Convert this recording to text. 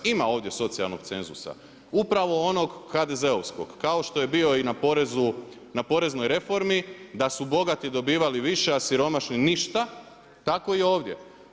Ima ovdje socijalnog cenzusa, upravo onog HDZ-ovskog kao što je bio i na poreznoj reformi da su bogati dobivali više, a siromašni ništa tako i ovdje.